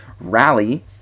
rally